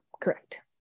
correct